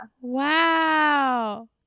Wow